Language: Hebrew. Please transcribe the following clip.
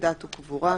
דת וקבורה,